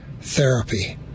therapy